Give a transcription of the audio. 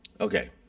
Okay